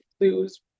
lose